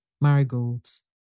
marigolds